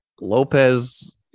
Lopez